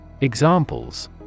Examples